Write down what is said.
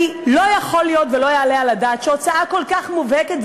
לא יכול להיות ולא יעלה על הדעת שהוצאה כל כך מובהקת,